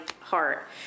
heart